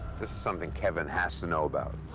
this is something kevin has to know about.